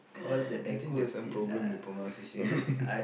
I think there's some problem with pronunciation